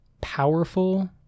powerful